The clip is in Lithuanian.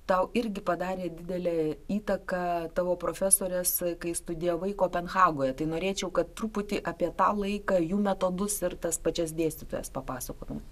tau irgi padarė didelę įtaką tavo profesorės kai studijavai kopenhagoje tai norėčiau kad truputį apie tą laiką jų metodus ir tas pačias dėstytojas papasakotum